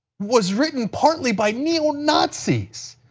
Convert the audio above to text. was written partly by neo-nazis.